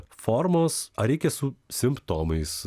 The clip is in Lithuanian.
formos ar reikia su simptomais